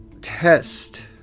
test